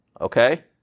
okay